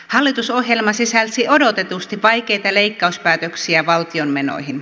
hallitusohjelma sisälsi odotetusti vaikeita leikkauspäätöksiä valtion menoihin